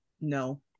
No